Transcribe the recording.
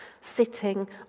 sitting